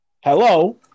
Hello